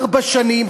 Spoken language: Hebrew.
ארבע שנים,